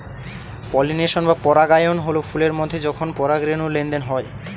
pollination বা পরাগায়ন হল ফুলের মধ্যে যখন পরাগরেনুর লেনদেন হয়